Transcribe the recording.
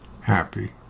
happy